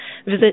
Visit